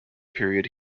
period